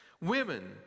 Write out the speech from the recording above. Women